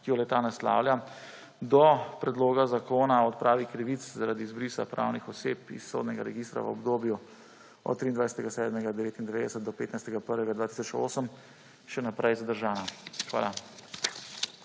ki jo le-ta naslavlja, do Predloga zakona o odpravi krivic zaradi izbrisa pravnih oseb iz sodnega registra v obdobju od 23. 7. 1999 do 16. 11. 2011 še naprej zadržana. Hvala.